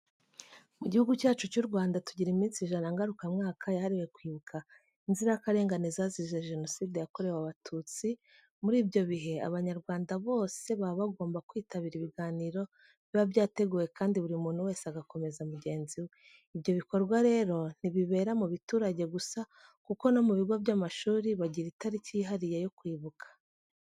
Mu gihugu cyacu cy'u Rwanda tugira iminsi ijana ngaruka mwaka yahariwe kwibuka inzirakarengane zazize Jenoside yakorewe Abatutsi. Muri ibyo bihe Abanyarwanda bose baba bagomba kwitabira ibiganiro biba byateguwe kandi buri muntu wese agakomeza mugenzi we. Ibyo bikorwa rero ntibibera mu biturage gusa kuko no mu bigo by'amashuri bagira itariki yihariye yo kwibuka.